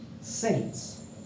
saints